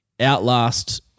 outlast